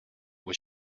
was